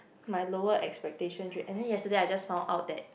my lower expectations and then yesterday I just found out that